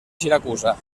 siracusa